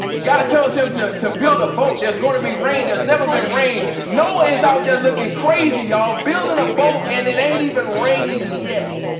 god tells him to to build a boat, there's gonna be rain, there's never been rain. noah is out there looking crazy y'all, building a boat and it ain't even rained yet.